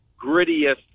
grittiest